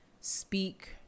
speak